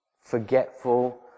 forgetful